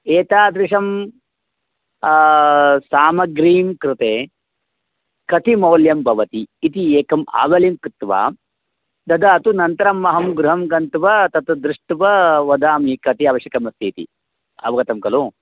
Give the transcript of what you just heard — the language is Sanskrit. एतादृशीं सामग्रीं कृते कति मौल्यं भवति इति एकम् आवलिं कृत्वा ददातु नन्तरम् अहं गृहं गत्वा तत् दृष्ट्वा वदामि कति आवश्यकमस्ति इति अवगतं खलु